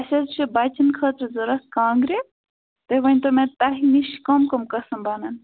اَسہِ حظ چھِ بَچَن خٲطرٕ ضوٚرتھ کانٛگرِ تُہۍ ؤنۍتو مےٚ تۄہہِ نِش کم کم قسم بَنَن